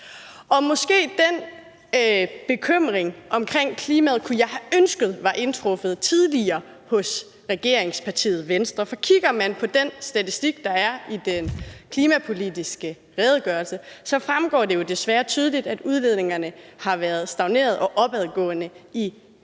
at den bekymring omkring klimaet var indtruffet tidligere hos regeringspartiet Venstre. For kigger man på den statistik, der er i den klimapolitiske redegørelse, fremgår det jo desværre tydeligt, at udledningerne har været stagneret og opadgående i Venstres